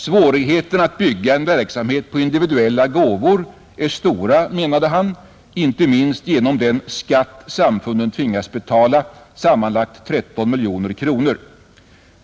”Svårigheterna att bygga en verksamhet på individuella gåvor är stora”, menade han, ”inte minst genom den skatt samfunden tvingas betala: sammanlagt 13 miljoner kronor.